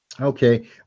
Okay